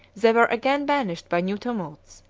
they were again banished by new tumults,